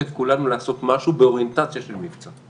את כולנו לעשות משהו באוריינטציה של מבצע,